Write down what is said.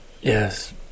Yes